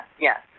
yes